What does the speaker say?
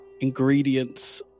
ingredients